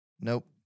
Nope